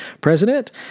president